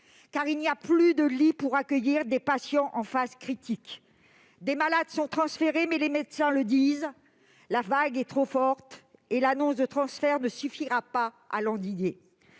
car il n'y a plus de lits pour accueillir des patients en phase critique. Des malades sont transférés, mais les médecins préviennent que la vague est trop forte et que les transferts annoncés ne suffiront pas à l'endiguer.